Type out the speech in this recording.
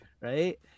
right